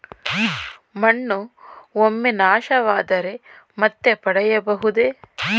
ಮಣ್ಣು ಒಮ್ಮೆ ನಾಶವಾದರೆ ಮತ್ತೆ ಪಡೆಯಬಹುದೇ?